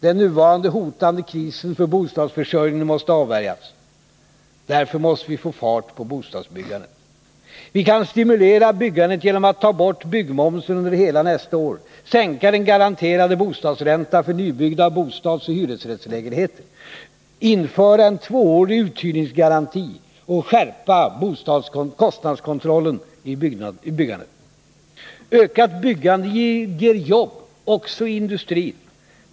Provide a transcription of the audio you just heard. Den nuvarande hotande krisen för bostadsförsörjningen måste avvärjas. Därför måste vi få fart på bostadsbyggandet. Vi kan stimulera byggandet genom att ta bort byggmomsen under hela nästa år, sänka den garanterade bostadsräntan för nybyggda bostadsoch hyresrättslägenheter, införa en tvåårig uthyrningsgaranti och skärpa kostnadskontrollen i byggandet. Ökat byggande ger jobb också i industrin.